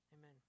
amen